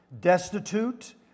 destitute